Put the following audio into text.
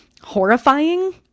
horrifying